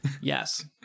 Yes